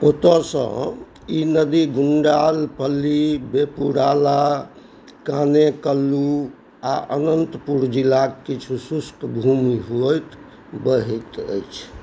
ओतऽसँ ई नदी गुण्डालपल्ली वेपुराला कानेकल्लू आ अनन्तपुर जिलाक किछु शुष्क भूमि होइत बहैत अछि